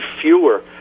fewer